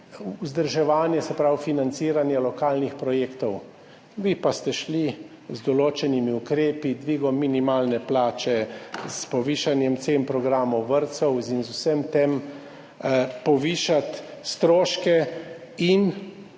vzdrževanja, se pravi financiranja lokalnih projektov. Vi pa ste šli z določenimi ukrepi, dvigom minimalne plače, s povišanjem cen programov vrtcev in z vsem tem povišati stroške in